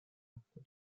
acque